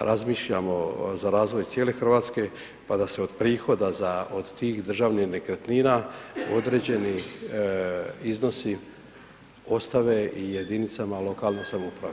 razmišljamo za razvoj cijele Hrvatske pa da se od prihoda za od tih državnih nekretnina određeni iznosi ostave i jedinicama lokalne samouprave.